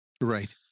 right